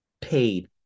paid